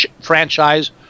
franchise